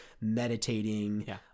meditating